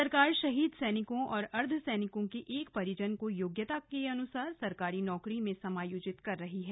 सरकार शहीद सैनिकों और अर्ध सैनिकों के एक परिजन को योग्यता के अनुसार सरकारी नौकरी में समायोजित कर रही है